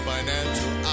Financial